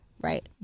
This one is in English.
Right